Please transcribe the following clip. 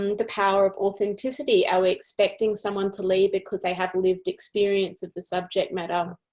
um the power of authenticity. are we expecting someone to lead because they have lived experience of the subject matter?